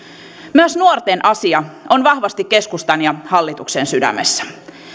myös nuorten asia on vahvasti keskustan ja hallituksen sydämessä